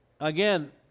Again